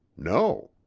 no.